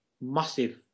massive